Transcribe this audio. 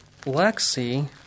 Lexi